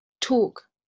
talk